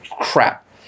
crap